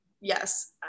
Yes